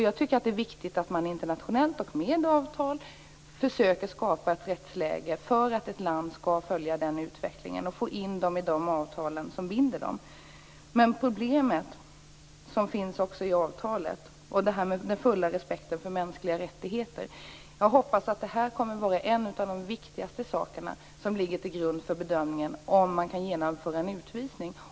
Jag tycker att det är viktigt att man internationellt och med avtal försöker skapa ett rättsläge för att ett land skall följa den utvecklingen och att man försöker få in dem i bindande avtal. Men problemet som finns också i avtalet är den fulla respekten för mänskliga rättigheter. Jag hoppas att det här kommer att vara en av de viktigaste sakerna som ligger till grund för bedömningen av om man kan genomföra en utvisning.